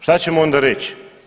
Šta ćemo onda reći?